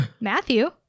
Matthew